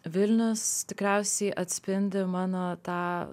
vilnius tikriausiai atspindi mano tą